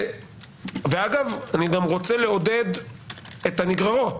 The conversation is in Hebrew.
אגב, אני גם רוצה לעודד שיהיו נגררות.